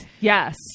Yes